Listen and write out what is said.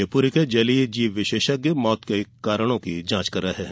शिवपुरी से जलीय जीव विशेषज्ञ मौत के कारणों की जांच कर रहे हैं